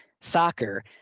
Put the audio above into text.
soccer